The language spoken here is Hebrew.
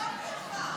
חבר הכנסת ביסמוט,